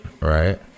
right